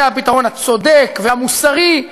זה הפתרון הצודק והמוסרי.